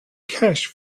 cash